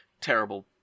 terrible